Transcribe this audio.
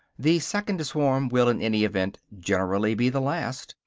the second swarm will in any event generally be the last,